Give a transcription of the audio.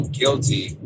guilty